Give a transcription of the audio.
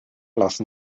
lassen